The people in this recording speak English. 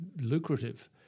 lucrative